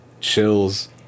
Chills